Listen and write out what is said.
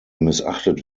missachtet